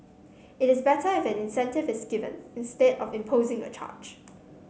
it is better if an incentive is given instead of imposing a charge